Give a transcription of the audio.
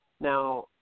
Now